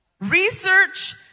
Research